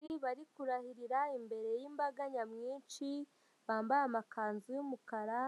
Abayobozi bari kurahirira imbere y'imbaga nyamwinshi bambaye amakanzu y'umukara